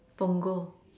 Punggol